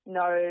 no